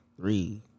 three